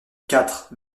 quatre